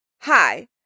Hi